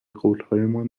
قولهایمان